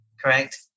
correct